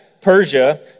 Persia